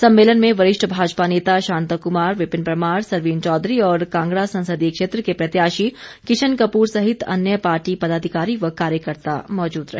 सम्मेलन में वरिष्ठ भाजपा नेता शांता कुमार विपिन परमार सरवीण चौधरी और कांगड़ा संसदीय क्षेत्र के प्रत्याशी किशन कपूर सहित अन्य पार्टी पदाधिकारी व कार्यकर्त्ता मौजूद रहे